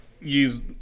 Use